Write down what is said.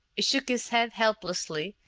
he shook his head helplessly,